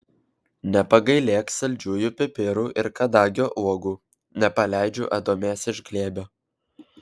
nepagailėk saldžiųjų pipirų ir kadagio uogų nepaleidžiu adomės iš glėbio